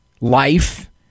life